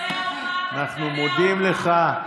אנחנו מודים לך.